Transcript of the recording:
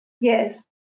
Yes